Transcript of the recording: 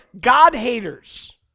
God-haters